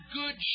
good